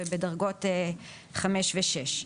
ובדרגות 5 ו-6.